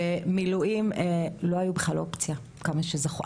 ומילואים לא היו בכלל אופציה עד כמה שזכור לי,